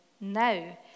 now